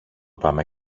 πάμε